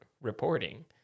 reporting